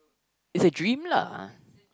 is a dream lah